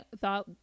thought